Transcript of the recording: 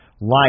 life